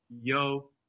Yo